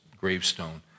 gravestone